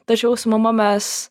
tačiau su mama mes